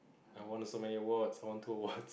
I won so many awards I won two awards